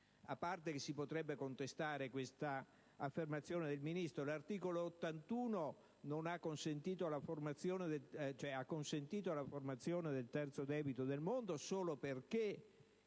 (a parte che si potrebbe contestare questa affermazione del Ministro, perché l'articolo 81 non ha impedito la formazione del terzo debito del mondo solo perché